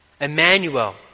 Emmanuel